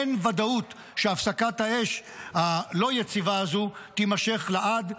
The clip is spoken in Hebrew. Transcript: אין ודאות שהפסקת האש הלא יציבה הזו תימשך לעד.